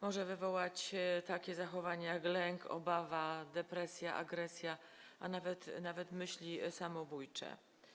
Może wywołać takie zachowania, jak: lęk, obawa, depresja, agresja, a nawet myśli samobójcze.